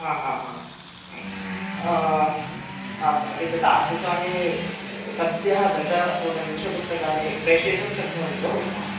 हाहाहा अपि च तादृशानि सद्यः दश अथवा पञ्चदशपुस्तकानि प्रेषयितुं शक्नुवन्ति वा भवन्तः